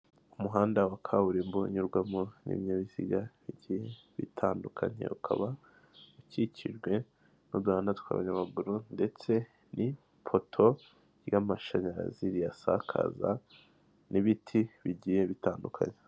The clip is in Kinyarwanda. Umuhanda uriho amapave asa ikigina, imbere y'umuhanda hari ubusitani bwiza cyane bufite indabyo zisa umuhondo n'icyatsi, impande y'uwo muhanda hari inyubako nziza cyane ifite amabara asa umweru n'umukara hirya yaho hariho indi nyubako ifite amabara